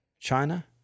China